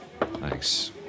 Thanks